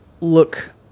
look